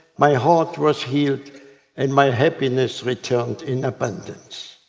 my heart was healed and my happiness returned in abundance.